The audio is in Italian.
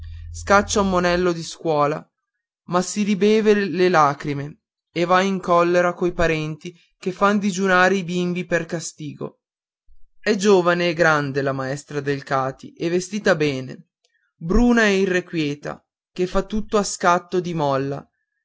scaccia un monello di scuola ma si ribeve le lacrime e va in collera coi parenti che fan digiunare i bimbi per castigo è giovane e grande la maestra delcati e vestita bene bruna e irrequieta che fa tutto a scatto di molla